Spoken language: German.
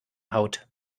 haut